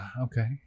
okay